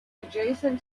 adjacent